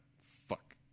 Fuck